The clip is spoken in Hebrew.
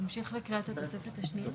שנמשיך לקריאת התוספת השנייה?